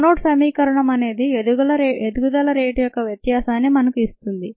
Monod సమీకరణం అనేది ఎదుగుదల రేటు యొక్క వ్యత్యాసాన్ని మనకు ఇస్తుంది